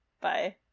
Bye